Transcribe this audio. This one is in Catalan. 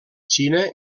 xina